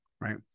right